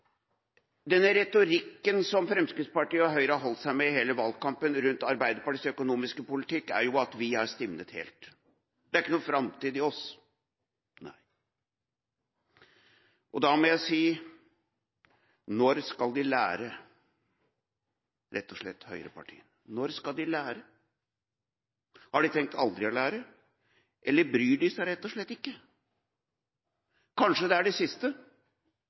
Denne retorikken rundt Arbeiderpartiets økonomiske politikk som Fremskrittspartiet og Høyre holdt seg med i hele valgkampen, går ut på at vi har stivnet helt. Det er ikke noen framtid i oss. Da må jeg si: Når skal høyrepartiene rett og slett lære? Når skal de lære? Har de aldri tenkt å lære? Eller bryr de seg rett og slett ikke? Kanskje det er det siste – ettersom de